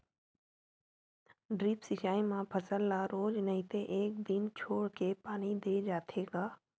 drip सिचई म फसल ल रोज नइ ते एक दिन छोरके पानी दे जाथे ग